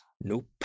Nope